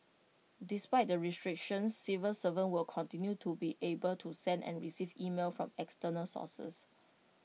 despite the restrictions civil servants will continue to be able to send and receive emails from external sources